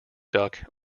duck